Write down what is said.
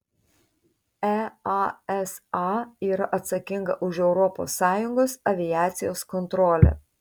easa yra atsakinga už europos sąjungos aviacijos kontrolę